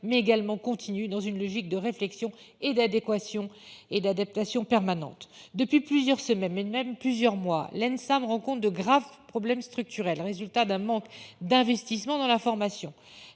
mais également continue dans une logique de réflexion et d'adéquation et d'adaptation permanente depuis plusieurs semaines, mais de même plusieurs mois l'Ensam rencontre de graves problèmes structurels, résultat d'un manque d'investissement dans la formation,